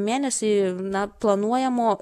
mėnesį na planuojamo